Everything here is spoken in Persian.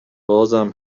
بازم